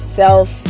self